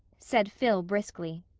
said phil briskly.